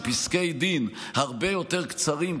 עם פסקי דין הרבה יותר קצרים,